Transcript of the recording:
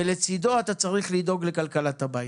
ולצידו אתה צריך לדאוג לכלכלת הבית.